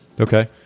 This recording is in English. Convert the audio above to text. Okay